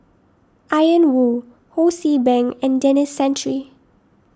Ian Woo Ho See Beng and Denis Santry